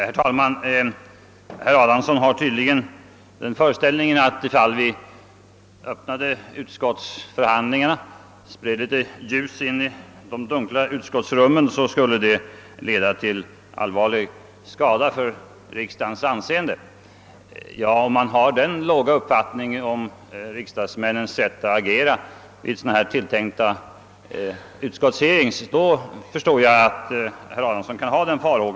Herr talman! Herr Adamsson har tydligen den föreställningen att, om vi Öppnar utskottsförhandlingarna och sprider litet ljus i de dunkla utskottsrummen, det skulle leda till allvarlig skada för riksdagens anseende. Om man har den låga uppfattningen om riksdagsmännens sätt att agera vid de tilltänkta utskottshearings förstår jag att herr Adamsson kan hysa dessa farhågor.